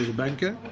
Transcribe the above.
banker.